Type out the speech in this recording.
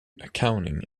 accounting